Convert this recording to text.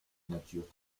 nature